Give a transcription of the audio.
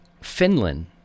Finland